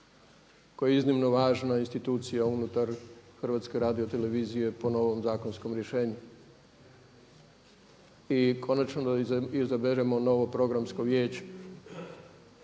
koji je iznimno važna institucija unutar HRT-a po novom zakonskom rješenju. I konačno da izaberemo novo programsko vijeće.